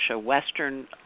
western